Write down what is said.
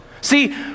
See